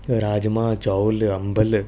राजमा चौल अंबल